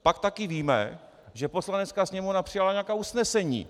Pak taky víme, že Poslanecká sněmovna přijala nějaká usnesení.